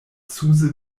zuse